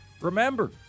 Remember